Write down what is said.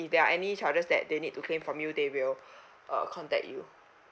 if there are any charges that they need to claim from you they will uh contact you